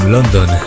London